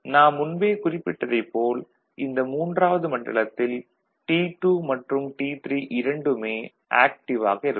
நாம் முன்பே குறிப்பிட்டதைப் போல் இந்த மூன்றாவது மண்டலத்தில் T2 மற்றும் T3 இரண்டுமே ஆக்டிவ் ஆக இருக்கும்